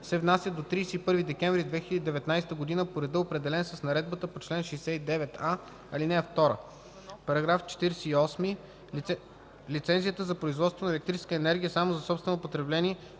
се внасят до 31 декември 2019 г. по реда, определен с наредбата по чл. 69а, ал. 2. § 48. Лицензията за производство на електрическа енергия само за собствено потребление,